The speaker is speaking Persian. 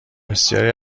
بسیاری